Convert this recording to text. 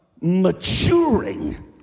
maturing